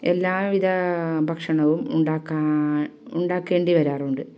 എല്ലാ വിധ ഭക്ഷണവും ഉണ്ടാക്കാൻ ഉണ്ടാക്കേണ്ടി വരാറുണ്ട്